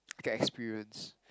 like a experience